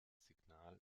signal